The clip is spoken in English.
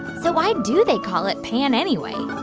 so why do they call it pan anyway?